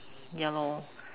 ya lor